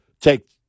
take